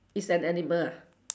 is an animal ah